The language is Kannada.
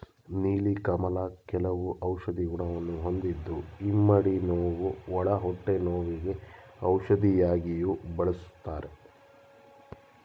ನೀಲಿ ಕಮಲ ಕೆಲವು ಔಷಧಿ ಗುಣವನ್ನು ಹೊಂದಿದ್ದು ಇಮ್ಮಡಿ ನೋವು, ಒಳ ಹೊಟ್ಟೆ ನೋವಿಗೆ ಔಷಧಿಯಾಗಿಯೂ ಬಳ್ಸತ್ತರೆ